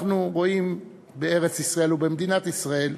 אנחנו רואים בארץ-ישראל ובמדינת ישראל